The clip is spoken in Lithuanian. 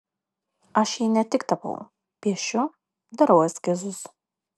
aš jį ne tik tapau piešiu darau eskizus